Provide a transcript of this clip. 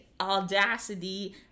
audacity